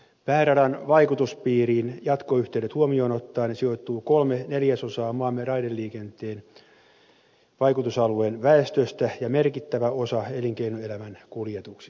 pääradan vaikutuspiiriin jatkoyhteydet huomioon ottaen sijoittuu kolme neljäsosaa maamme raideliikenteen vaikutusalueen väestöstä ja merkittävä osa elinkeino elämän kuljetuksista